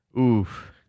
Oof